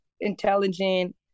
intelligent